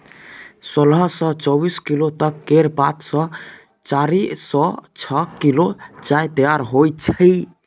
सोलह सँ चौबीस किलो तक केर पात सँ चारि सँ छअ किलो चाय तैयार होइ छै